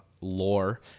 lore